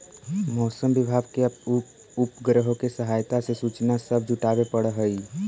मौसम विभाग के उपग्रहों के सहायता से सूचना सब जुटाबे पड़ हई